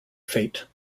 fate